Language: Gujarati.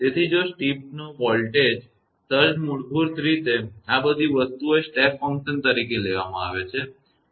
તેથી જો સ્ટેપનો વોલ્ટેજ સર્જ મૂળભૂત રીતે આ બધી વસ્તુઓ એ સ્ટેપ ફંકશન તરીકે લેવામાં આવે છે